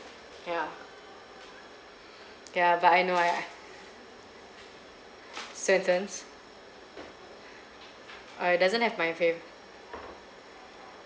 yeah yeah I know but I I certains oh it doesn't have me favourite